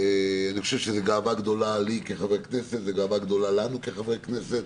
זו גאווה גדולה לי כחבר כנסת ולנו כחברי כנסת